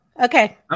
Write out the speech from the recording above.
Okay